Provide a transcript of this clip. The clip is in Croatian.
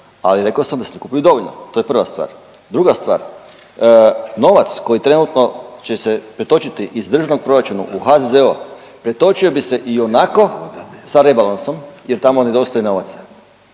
ali rekao sam da se ne kupuju dovoljno, to je prva stvar. Druga stvar, novac koji trenutno će se pretočiti iz državnog proračuna u HZZO pretočio bi se ionako sa rebalansom jer tamo nedostaje novaca.